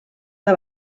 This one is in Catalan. que